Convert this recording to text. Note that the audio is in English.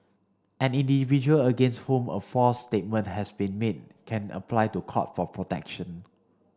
any individual against whom a false statement has been made can apply to Court for protection